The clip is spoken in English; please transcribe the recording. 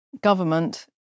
government